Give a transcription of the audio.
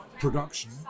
production